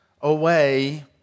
away